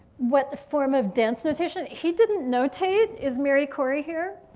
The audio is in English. what the form of dance notation? he didn't notate is mary corey here?